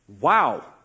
wow